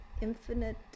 infinite